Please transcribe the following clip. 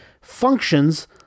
functions